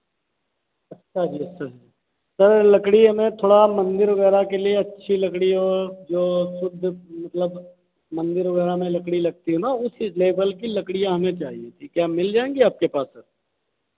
अच्छा जी अच्छा जी सर लकड़ी हमें थोड़ा मंदिर वगैरह के लिए अच्छी लकड़ी हो जो शुद्ध मतलब मंदिर वगैरह में लकड़ी लगती है ना उस लेवल की लकड़ी हमें चाहिए कि क्या मिल जाएगी आपके पास